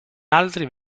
altri